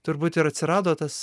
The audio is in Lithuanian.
turbūt ir atsirado tas